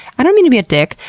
i don't mean to be a dick,